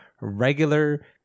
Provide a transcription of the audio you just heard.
regular